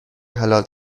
حلال